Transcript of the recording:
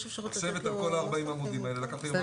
לשבת על כל ה-40 עמודים האלה לקח לי יום וחצי.